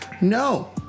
no